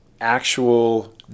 actual